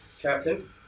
Captain